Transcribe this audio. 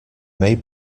may